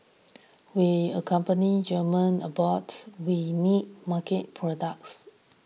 we accompany German abroad we need market products